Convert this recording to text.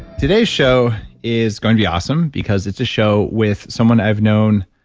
today's show is going to be awesome because it's a show with someone i've known.